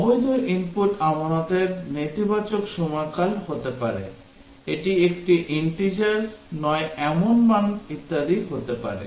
অবৈধ ইনপুট আমানতের নেতিবাচক সময়কাল হতে পারে এটি একটি integer নয় এমন মান ইত্যাদি হতে পারে